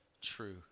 true